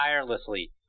tirelessly